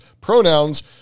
pronouns